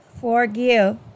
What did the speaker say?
forgive